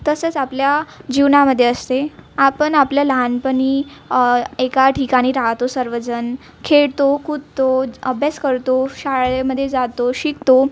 तसंच आपल्या जीवनामध्ये असते आपण आपल्या लहानपणी एका ठिकाणी राहतो सर्वजण खेळतो कुदतो ज् अभ्यास करतो शाळेमध्ये जातो शिकतो